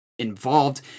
involved